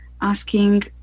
asking